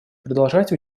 продолжать